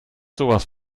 sowas